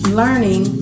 learning